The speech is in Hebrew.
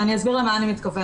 ואני אסביר למה אני מתכוונת.